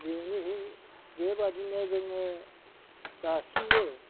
बेनिखाय बेबायदिनो जोङो दासिमबो